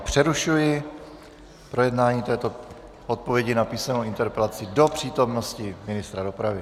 Přerušuji tedy projednávání této odpovědi na písemnou interpelaci do přítomnosti ministra dopravy.